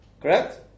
Correct